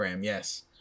yes